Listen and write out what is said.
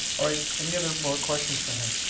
all right, any other, more questions for him?